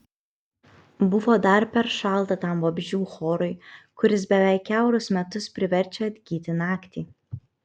buvo dar per šalta tam vabzdžių chorui kuris beveik kiaurus metus priverčia atgyti naktį